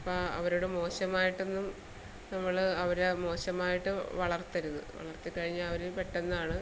അപ്പം അവരോട് മോശമായിട്ടൊന്നും നമ്മൾ അവരെ മോശമായിട്ട് വളർത്തരുത് വളർത്തിക്കഴിഞ്ഞാൽ അവർ പെട്ടെന്നാണ്